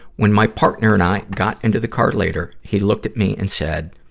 when my partner and i got into the car later, he looked at me and said,